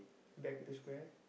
back to square